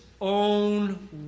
own